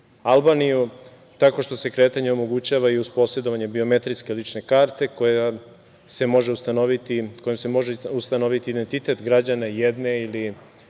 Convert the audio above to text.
Albaniju tako što se kretanje omogućava i uz posedovanje biometrijske lične karte kojom se može ustanoviti identitet građana jedne ili